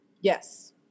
Yes